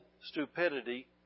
stupidity